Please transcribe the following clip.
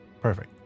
Perfect